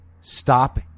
stop